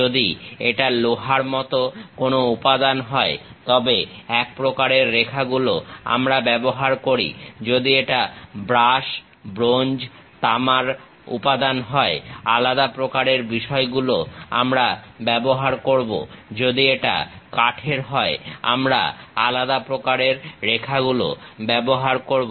যদি এটা লোহার মত কোনো উপাদান হয় তবে এক প্রকারের রেখাগুলো আমরা ব্যবহার করি যদি এটা ব্রাশ ব্রোঞ্জ তামার হয় আলাদা প্রকারের বিষয়বস্তু আমরা ব্যবহার করবো যদি এটা কাঠের হয় আমরা আলাদা প্রকারের রেখাগুলো ব্যবহার করবো